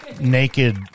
naked